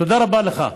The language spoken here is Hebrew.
תודה רבה לך.